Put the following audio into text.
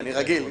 יביא